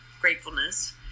gratefulness